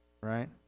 Right